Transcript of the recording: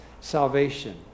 salvation